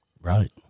Right